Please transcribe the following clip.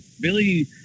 Billy